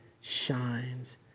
shines